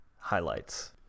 highlights